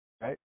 right